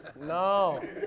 No